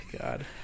God